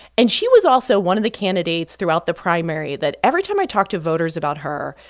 and she was also one of the candidates throughout the primary that every time i talked to voters about her,